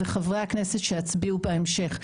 וחברי הכנסת שיצביעו בהמשך.